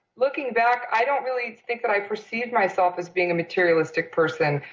looking back, i don't really think that i perceived myself as being a materialistic person.